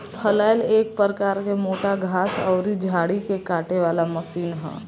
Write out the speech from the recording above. फलैल एक प्रकार के मोटा घास अउरी झाड़ी के काटे वाला मशीन ह